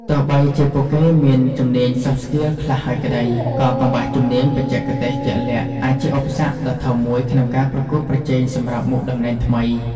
ទោះបីជាពួកគេមានជំនាញ soft skills ខ្លះហើយក្ដី ក៏កង្វះជំនាញបច្ចេកទេសជាក់លាក់អាចជាឧបសគ្គដ៏ធំមួយក្នុងការប្រកួតប្រជែងសម្រាប់មុខតំណែងថ្មី។